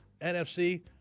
NFC